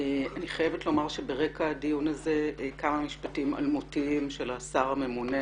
אני חייבת לומר שברקע הדיון הזה כמה משפטים אלמותיים של השר הממונה